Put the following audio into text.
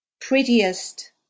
Prettiest